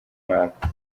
mwaka